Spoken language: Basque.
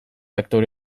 aktore